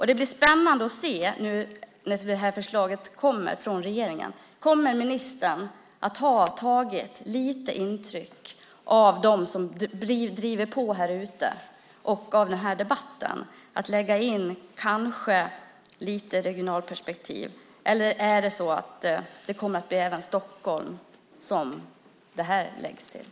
Det blir spännande att se när förslaget kommer från regeringen om ministern har tagit intryck av dem som driver på härute och av debatten och kanske lagt in lite regionalperspektiv. Eller är det så att även detta kommer att läggas i Stockholm?